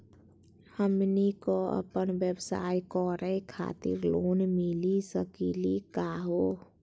हमनी क अपन व्यवसाय करै खातिर लोन मिली सकली का हो?